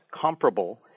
comparable